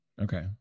Okay